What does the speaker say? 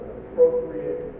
appropriate